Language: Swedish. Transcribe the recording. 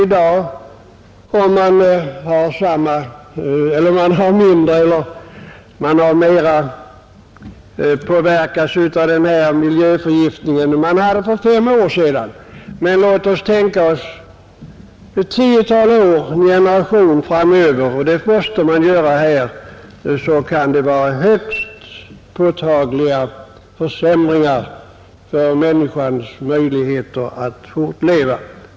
Vi märker inte om vi i dag påverkas mer av de olika gifterna i vår miljö än för fem år sedan. Men låt oss tänka ett tiotal år eller en generation fram i tiden — vilket man måste göra på detta område — så kan det ha uppstått högst påtagliga försämringar för människans möjligheter att fortleva.